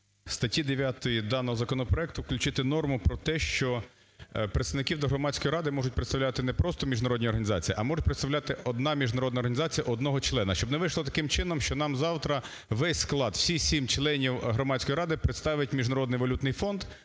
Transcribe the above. статті 9 даного законопроекту включити норму про те, що представників до громадської ради можуть представляти не просто міжнародні організації, а може представляти одна міжнародна організація одного члена. Щоб не вийшло таким чином, що нам завтра весь склад, всі сім членів громадської ради представить Міжнародний валютний фонд.